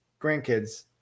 grandkids